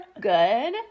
good